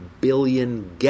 billion